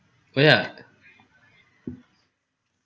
oh ya